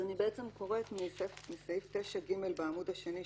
אני קוראת מסעיף 9(ג) בעמוד השני,